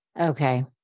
Okay